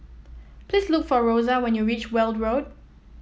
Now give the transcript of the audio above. please look for Rosa when you reach Weld Road